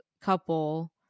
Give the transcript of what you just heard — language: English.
couple